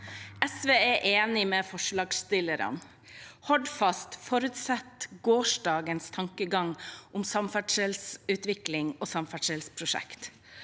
SV er enig med for- slagstillerne. Hordfast forutsetter gårsdagens tankegang om samferdselsutvikling og samferdselsprosjekt.